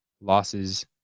losses